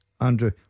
Andrew